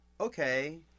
okay